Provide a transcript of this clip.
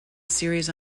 series